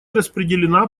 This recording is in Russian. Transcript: распределена